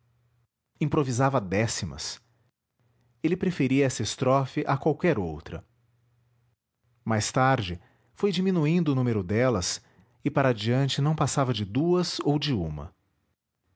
improvisava décimas ele preferia essa estrofe a qualquer outra mais tarde foi diminuindo o número delas e www nead unama br para diante não passava de duas ou de uma